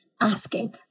asking